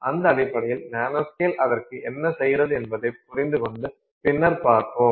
அந்த அடிப்படையில் நானோஸ்கேல் அதற்கு என்ன செய்கிறது என்பதைப் புரிந்துகொண்டு பின்னர் பார்ப்போம்